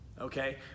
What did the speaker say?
Okay